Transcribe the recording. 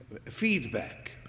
feedback